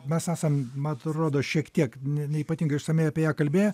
mes esam ma atrodo šiek tiek ne neypatingai išsamiai apie ją kalbėję